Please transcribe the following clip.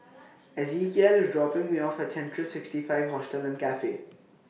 Ezekiel IS dropping Me off At Central sixty five Hostel and Cafe